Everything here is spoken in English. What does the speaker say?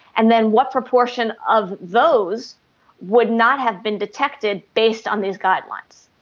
and then what proportion of those would not have been detected based on these guidelines?